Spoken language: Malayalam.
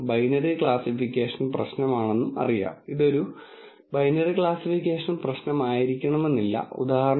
ലീനിയർ ക്ലാസിഫയറുകളെ കുറിച്ച് നമ്മൾ സംസാരിക്കുമ്പോൾ ലീനിയർ ഫങ്ഷണൽ ഫോം നിശ്ചയിച്ചിരിക്കുന്നു അത് വളരെ ലളിതമാണ്